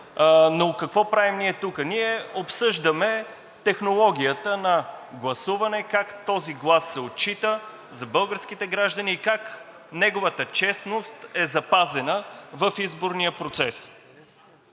Но какво правим ние тук? Обсъждаме технологията на гласуване – как този глас се отчита за българските граждани и как неговата честност е запазена в изборния процес.